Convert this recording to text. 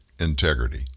Integrity